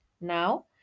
Now